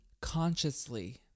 consciously